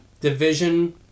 Division